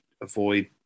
avoid